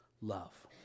love